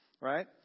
Right